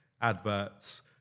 adverts